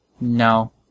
No